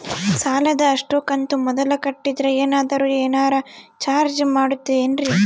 ಸಾಲದ ಅಷ್ಟು ಕಂತು ಮೊದಲ ಕಟ್ಟಿದ್ರ ಏನಾದರೂ ಏನರ ಚಾರ್ಜ್ ಮಾಡುತ್ತೇರಿ?